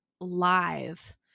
live